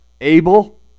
Abel